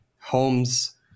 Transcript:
homes